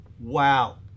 Wow